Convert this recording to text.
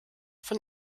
von